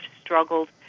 struggled